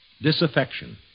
disaffection